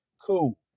cool